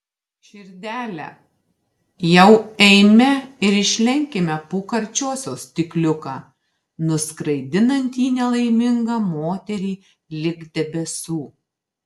širdele jau eime ir išlenkime po karčiosios stikliuką nuskraidinantį nelaimingą moterį lig debesų